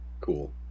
Cool